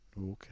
Okay